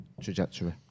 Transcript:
trajectory